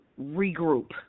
regroup